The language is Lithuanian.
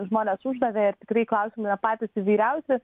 žmonės uždavė ir tikrai klausimai yra patys įvairiausi